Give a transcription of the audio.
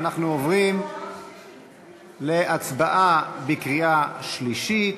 אנחנו עוברים להצבעה בקריאה שלישית.